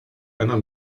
einer